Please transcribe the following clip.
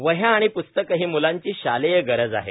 वह्या आणि प्स्तके ही मुलांची शालेय गरज आहे